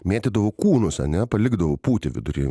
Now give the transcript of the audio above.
mėtydavo kūnus ane palikdavo pūti vidury